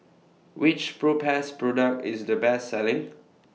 Which Propass Product IS The Best Selling